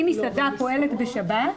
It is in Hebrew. אם מסעדה פועלת בשבת,